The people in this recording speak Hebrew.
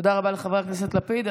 תודה רבה לחבר הכנסת לפיד.